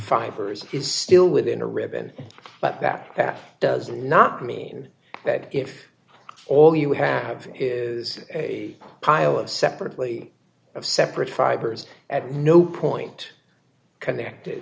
fibers is still within a ribbon but that does not mean that if all you have is a pile of separately of separate fibers at no point connected